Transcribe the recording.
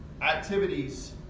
activities